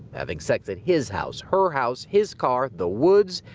having sex at his house, her house, his car, the woods,